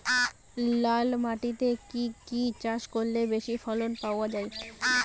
লাল মাটিতে কি কি চাষ করলে বেশি ফলন পাওয়া যায়?